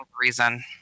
reason